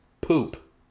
Poop